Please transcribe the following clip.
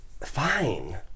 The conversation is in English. Fine